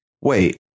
Wait